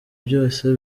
byose